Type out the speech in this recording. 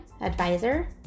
advisor